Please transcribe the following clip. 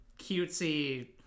cutesy